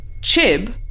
Chib